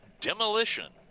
demolition